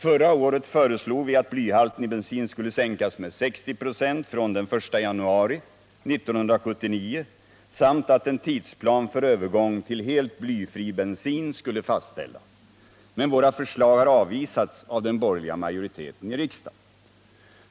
Förra året föreslog vi att blyhalten i bensin skulle sänkas med 60 96 från den I januari 1979 samt att en tidsplan för övergång till helt blyfri bensin skulle fastställas. Men våra förslag har avvisats av den borgerliga majoriteten i riksdagen.